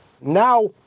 Now